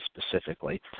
specifically